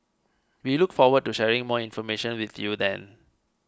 we look forward to sharing more information with you then